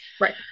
Right